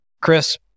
Chris